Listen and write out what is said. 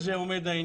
היכן זה עומד.